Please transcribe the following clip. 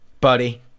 buddy